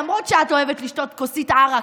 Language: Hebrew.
למרות שאת אוהבת לשתות כוסית ערק,